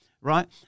right